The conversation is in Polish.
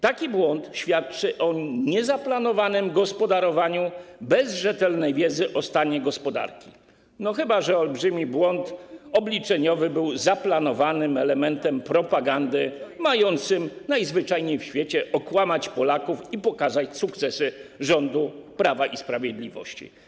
Taki błąd świadczy o niezaplanowanym gospodarowaniu bez rzetelnej wiedzy o stanie gospodarki, chyba że olbrzymi błąd obliczeniowy był zaplanowanym elementem propagandy mającym najzwyczajniej w świecie okłamać Polaków i pokazać sukcesy rządu Prawa i Sprawiedliwości.